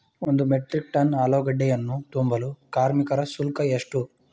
ಒಂದು metric tonne ಆಲೂಗೆಡ್ಡೆಯನ್ನು ತುಂಬಲು ಕಾರ್ಮಿಕರ ಶುಲ್ಕ ಎಷ್ಟು?